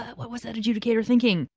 what was that adjudicator thinking?